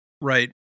Right